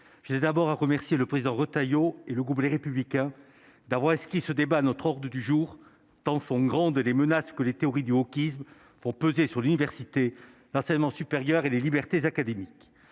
j'ai d'abord à remercier le président Retailleau et le groupe, les républicains d'avoir ce qui se débat à notre ordre du jour, tant sont grandes les menaces que les théories du wokisme pour peser sur l'université, l'enseignement supérieur et les libertés académiques,